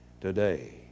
today